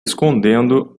escondendo